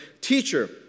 Teacher